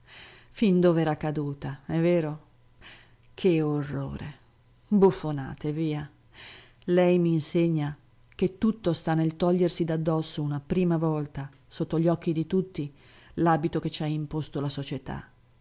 fin dove era caduta è vero che orrore buffonate via lei m'insegna che tutto sta nel togliersi d'addosso una prima volta sotto gli occhi di tutti l'abito che ci ha imposto la società